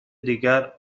دیگر